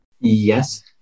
Yes